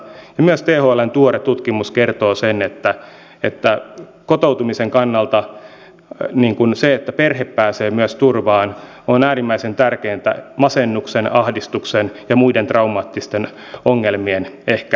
myös thln tuore tutkimus kertoo sen että kotoutumisen kannalta se että myös perhe pääsee turvaan on äärimmäisen tärkeää masennuksen ahdistuksen ja muiden traumaattisten ongelmien ehkäisemisessä